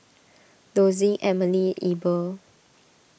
Dossie Emily Eber